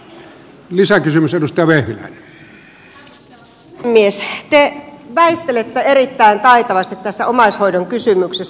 te väistelette erittäin taitavasti tässä omaishoidon kysymyksessä